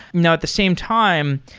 now, at the same time,